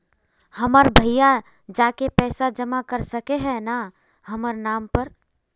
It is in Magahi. हमर भैया जाके पैसा जमा कर सके है न हमर नाम पर?